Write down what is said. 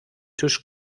tisch